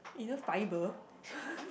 it's just fiber